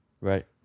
Right